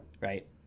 right